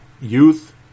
youth